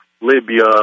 Libya